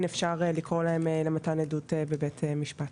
אפשר לקרוא להם למתן עדות בבית משפט,